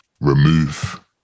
remove